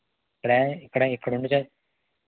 ఇక్కడా ఇక్కడ ఇక్కడుండి చదివి